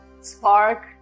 spark